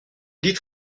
dites